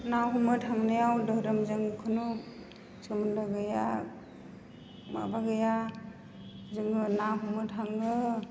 ना हमनो थांनायाव धोरोमजों कुनु सोमोन्दो गैया माबा गैया जोङो ना हमनो थाङो